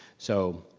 so,